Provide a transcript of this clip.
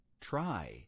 Try